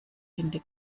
finde